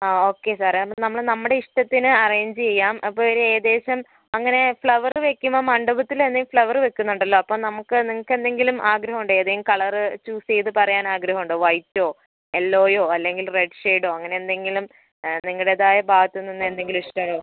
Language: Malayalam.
ആ ഓക്കേ സാറേ അപ്പം നമ്മൾ നമ്മുടെ ഇഷ്ടത്തിന് അറേഞ്ച് ചെയ്യാം അപ്പം ഒരു ഏകദേശം അങ്ങനെ ഫ്ലവർ വെക്കുമ്പം മണ്ഡപത്തിൽ എന്തേം ഫ്ലവർ വെക്കുന്നുണ്ടല്ലോ അപ്പം നമുക്ക് നിങ്ങൾക്ക് എന്തെങ്കിലും ആഗ്രഹം ഉണ്ടോ ഏതെങ്കിലും കളർ ചൂസ് ചെയ്ത് പറയാൻ ആഗ്രഹം ഉണ്ടോ വൈറ്റോ യെല്ലൊയോ അല്ലെങ്കിൽ റെഡ് ഷെയിഡോ അങ്ങനെ എന്തെങ്കിലും നിങ്ങടേതായ ഭാഗത്ത് നിന്ന് എന്തെങ്കിലും ഇഷ്ടങ്ങൾ